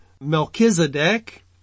Melchizedek